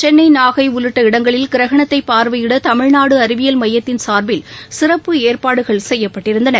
சென்னை நாகைஉள்ளிட்ட இடங்களில் கிகரணத்தைபாாவையிடதமிழ்நாடுஅறிவியல் மையத்தின் சாா்பில் சிறப்பு ஏற்பாடுகள் செய்யப்பட்டிருந்தன